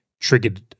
triggered